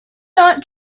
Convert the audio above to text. not